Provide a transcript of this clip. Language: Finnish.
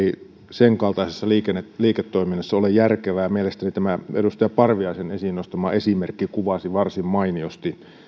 senkaltaisessa liiketoiminnassa ole järkevää mielestäni tämä edustaja parviaisen esiin nostama esimerkki kuvasi varsin mainiosti ja